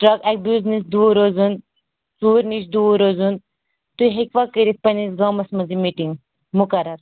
drug abuse نِش دوٗر روزُن ژوٗرِ نِش دوٗر روزُن تُہۍ ہیٚکوا کٔرِتھ پَنٕنِس گامَس مَنٛز یہِ میٖٹِنٛگ مُقَرَر